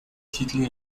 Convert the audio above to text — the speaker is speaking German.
titel